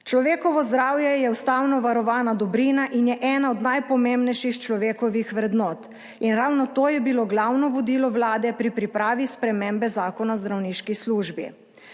Človekovo zdravje je ustavno varovana dobrina in je ena od najpomembnejših človekovih vrednot. In ravno to je bilo glavno vodilo Vlade pri pripravi spremembe Zakona o zdravniški službi.